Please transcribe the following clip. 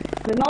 החשיבות.